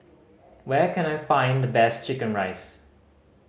where can I find the best chicken rice